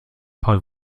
paul